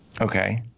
Okay